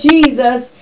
Jesus